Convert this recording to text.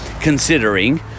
considering